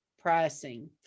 pricing